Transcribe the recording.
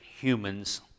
humans